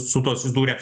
su tuo susidūrę